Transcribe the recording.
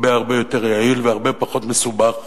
הרבה הרבה יותר יעיל והרבה פחות מסובך.